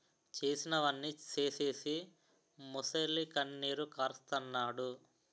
చేసినవన్నీ సేసీసి మొసలికన్నీరు కారస్తన్నాడు